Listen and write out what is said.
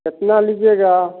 कितना लीजिएगा